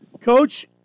Coach